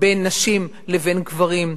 בין נשים לבין גברים.